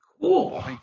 Cool